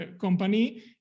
company